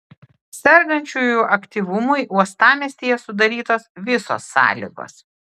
sergančiųjų aktyvumui uostamiestyje sudarytos visos sąlygos